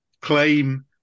claim